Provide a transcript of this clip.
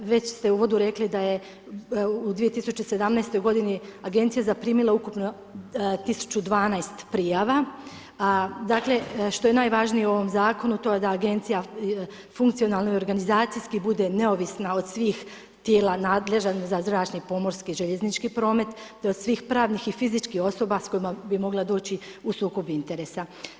Već ste u uvodu rekli da je u 2017. godini agencija zaprimila ukupno 1012 prijava, dakle što je najvažnije u ovom zakonu to je da agencija funkcionalno i organizacijski bude neovisna od svih tijela nadležan za zračni, pomorski i željeznički promet te od svih pravnih i fizičkih osoba s kojima bi mogla doći u sukob interesa.